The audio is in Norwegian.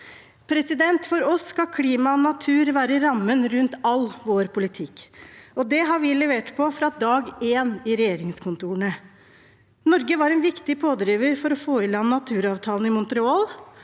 hyttefelt. For oss skal klima og natur være rammen rundt all vår politikk, og det har vi levert på fra dag én i regjeringskontorene. Norge var en viktig pådriver for å få i land naturavtalen i Montreal,